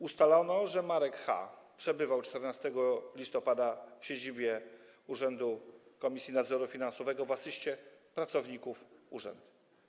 Ustalono, że Marek Ch. przebywał 14 listopada w siedzibie Urzędu Komisji Nadzoru Finansowego w asyście pracowników urzędu.